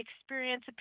experience